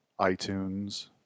iTunes